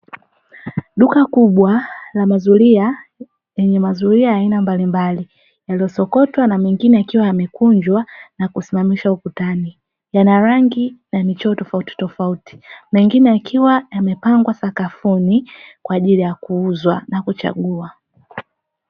Duka kubwa la mazulia, yenye mazulia ya aina mbalimbali, yaliyosokotwa na mengine yakiwa yamekunjwa na kusimamishwa ukutani, yana rangi na michoro tofautitofauti, mengine yakiwa yamepangwa sakafuni kwa ajili ya kuuzwa na kuchagua.